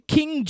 King